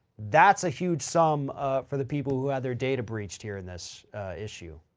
that's a huge sum for the people who had their data breached here in this issue.